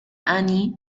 annie